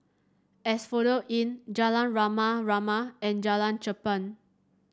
Asphodel Inn Jalan Rama Rama and Jalan Cherpen